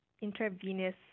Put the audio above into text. intravenous